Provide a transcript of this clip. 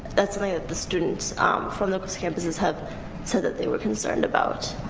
that's something that the students from those campuses have said that they were concerned about.